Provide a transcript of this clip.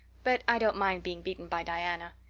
but i don't mind being beaten by diana.